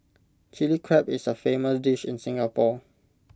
Chilli Crab is A famous dish in Singapore